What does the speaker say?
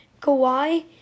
Kawhi